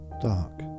dark